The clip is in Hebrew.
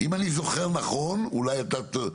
אם אני זוכר נכון אולי אתה צודק.